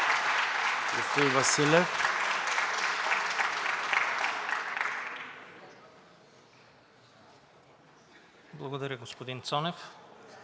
Благодаря, господин Цонев.